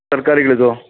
ತರ್ಕಾರಿಗಳದು